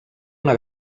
una